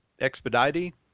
Expedite